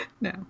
No